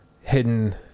hidden